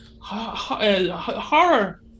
horror